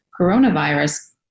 coronavirus